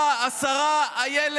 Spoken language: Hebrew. עכשיו אתה לא